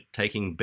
taking